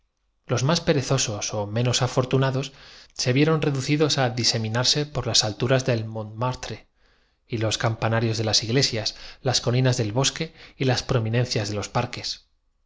los más perezosos ó menos flotante de algún estado afortunados se vieron reducidos á diseminarse por las verdad es que aunque época de certamen universal alturas de montmartre los campanarios de las iglesias las colinas del bosque y las prominencias de los par